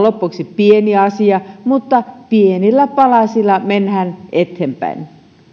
lopuksi pieni asia mutta pienillä palasilla mennään eteenpäin